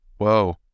Whoa